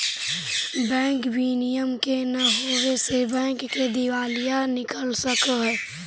bank विनियम के न होवे से बैंक के दिवालिया निकल सकऽ हइ